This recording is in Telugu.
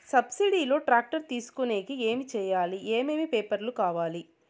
సబ్సిడి లో టాక్టర్ తీసుకొనేకి ఏమి చేయాలి? ఏమేమి పేపర్లు కావాలి?